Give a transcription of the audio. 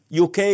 UK